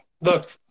Look